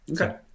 Okay